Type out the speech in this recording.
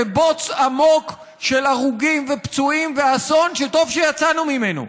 בבוץ עמוק של הרוגים ופצועים ואסון שטוב שיצאנו ממנו.